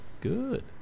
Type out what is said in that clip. Good